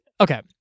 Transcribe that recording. Okay